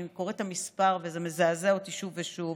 אני קוראת את המספר וזה מזעזע אותי שוב ושוב,